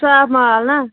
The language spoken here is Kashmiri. صاف مال نہ